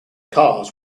cars